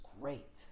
great